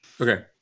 Okay